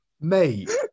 Mate